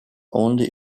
only